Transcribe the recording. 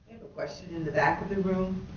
question in the back of the room?